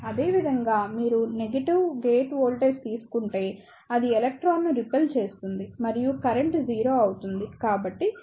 అదేవిధంగా మీరు negative gate voltage తీసుకుంటే అది ఎలక్ట్రాన్ను రిపెల్ చేస్తుంది మరియు కరెంట్ 0 అవుతుంది